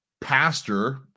pastor